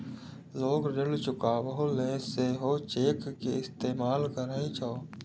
लोग ऋण चुकाबै लेल सेहो चेक के इस्तेमाल करै छै